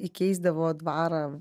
įkeisdavo dvarą